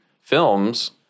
films